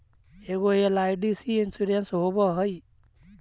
ऐगो LIC insurance होव है?